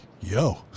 yo